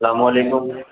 اسلام علیکم